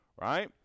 right